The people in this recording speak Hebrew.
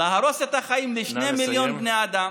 להרוס את החיים לשני מיליון בני אדם,